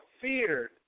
feared